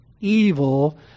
evil